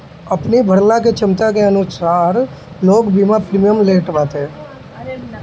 अपनी भरला के छमता के अनुसार लोग बीमा प्रीमियम लेत बाटे